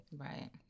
Right